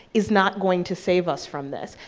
is not going to save us from this,